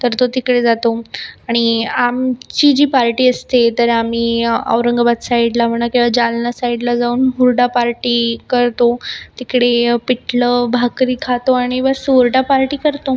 तर तो तिकडे जातो आणि आमची जी पार्टी असते तर आम्ही औरंगाबाद साईडला म्हणा किंवा जालना साईडला जाऊन हुरडा पार्टी करतो तिकडे पिठलं भाकरी खातो आणि बस हुरडा पार्टी करतो